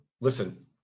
Listen